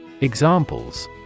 Examples